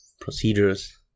procedures